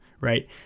right